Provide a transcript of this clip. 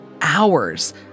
hours